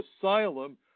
asylum